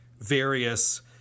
various